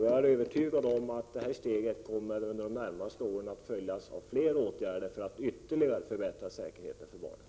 Jag är övertygad om att det steget under de närmaste åren kommer att följas av fler åtgärder för att ytterligare förbättra säkerheten för barnen.